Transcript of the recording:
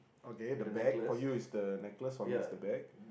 okay the bag for you is the necklace for me is the bag